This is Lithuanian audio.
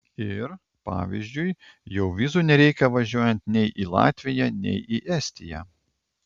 ir pavyzdžiui jau vizų nereikia važiuojant nei į latviją nei į estiją